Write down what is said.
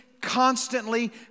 constantly